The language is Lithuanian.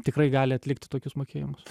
tikrai gali atlikti tokius mokėjimus